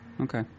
Okay